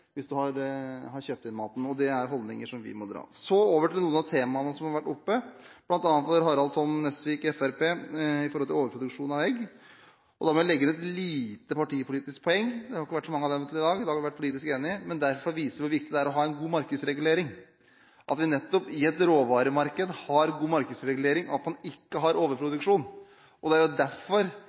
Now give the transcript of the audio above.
maten – og dette er holdninger som vi må dra. Så over til noen av temaene som har vært oppe. Harald T. Nesvik fra Fremskrittspartiet snakket om overproduksjon av egg, og da må jeg legge inn et lite partipolitisk poeng – det har ikke vært så mange av dem hittil i dag, i dag har vi vært politisk enige. Overproduksjon av egg viser hvor viktig det er å ha en god markedsregulering, at vi nettopp i et råvaremarked har god markedsregulering, og at man ikke har overproduksjon. Det er jo derfor